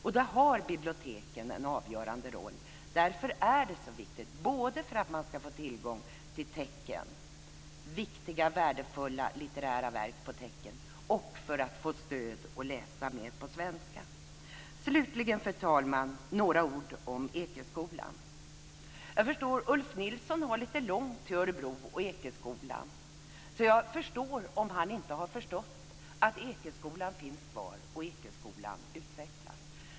Därför har biblioteken en avgörande roll både för att de döva ska få tillgång till viktiga värdefulla litterära verk på teckenspråk - deras förstaspråk - och för att de ska få stöd att läsa mer på svenska. Slutligen, fru talman, några ord om Ekeskolan. Ulf Nilsson har lite långt till Örebro och Ekeskolan, så jag förstår om han inte har förstått att Ekeskolan finns kvar och att den utvecklas.